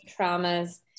traumas